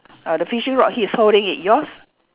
ah the fishing rod he's holding it yours